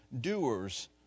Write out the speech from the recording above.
doers